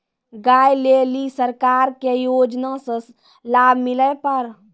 गाय ले ली सरकार के योजना से लाभ मिला पर?